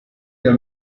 der